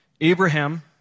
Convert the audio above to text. Abraham